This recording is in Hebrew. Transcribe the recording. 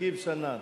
שכיב שנאן?